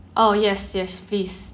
oh yes yes please